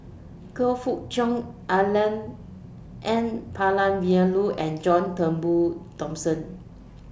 Choe Fook Cheong Alan N Palanivelu and John Turnbull Thomson